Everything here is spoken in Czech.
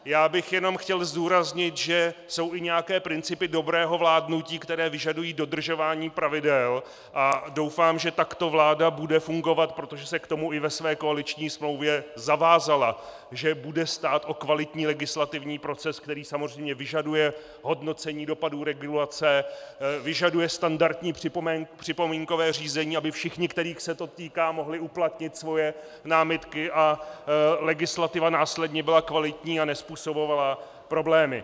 Já bych jenom chtěl zdůraznit, že jsou i nějaké principy dobrého vládnutí, které vyžadují dodržování pravidel, a doufám, že takto vláda bude fungovat, protože se k tomu i ve své koaliční smlouvě zavázala, že bude stát o kvalitní legislativní proces, který samozřejmě vyžaduje hodnocení dopadů regulace, vyžaduje standardní připomínkové řízení, aby všichni, kterých se to týká, mohli uplatnit svoje námitky a legislativa následně byla kvalitní a nezpůsobovala problémy.